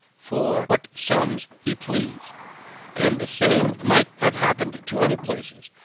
for what sum he pleased and the same might have happened to other places.